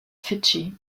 fidschi